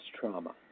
trauma